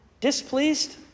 Displeased